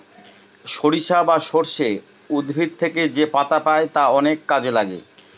সরিষা বা সর্ষে উদ্ভিদ থেকে যেপাতা পাই তা অনেক কাজে লাগে